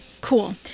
cool